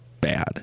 bad